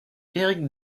éric